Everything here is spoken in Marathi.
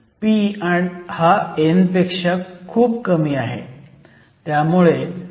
p हा n पेक्षा खूप कमी आहे